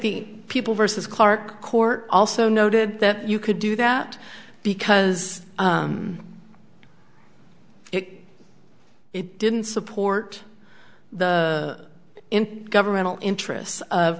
the people versus clark court also noted that you could do that because it it didn't support the governmental interests of